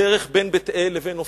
בדרך בין בית-אל לבין עופרה,